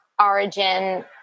origin